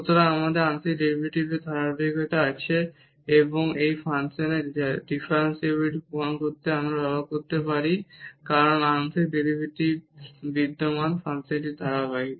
সুতরাং আমাদের আংশিক ডেরিভেটিভের ধারাবাহিকতা আছে এবং এই ফাংশনের ডিফারেনশিবিলিটি প্রমাণ করতে আমরা এখন ব্যবহার করতে পারি কারণ আংশিক ডেরিভেটিভস বিদ্যমান ফাংশনটি ধারাবাহিক